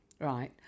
right